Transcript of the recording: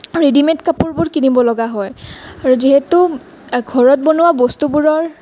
readymade কাপোৰবোৰ কিনিব লগা হয় আৰু যিহেতু ঘৰত ৱনোৱা বস্তুবোৰৰ